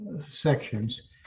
sections